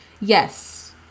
Yes